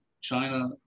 China